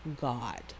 God